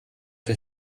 der